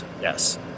Yes